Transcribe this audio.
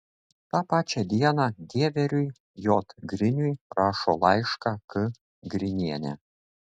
tą pačią dieną dieveriui j griniui rašo laišką k grinienė